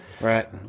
Right